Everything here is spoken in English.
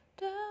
down